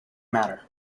matter